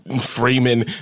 Freeman